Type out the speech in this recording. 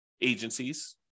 agencies